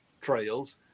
trails